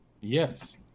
Yes